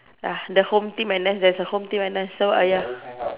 ya the home team N_S there's a home team N_S so ah ya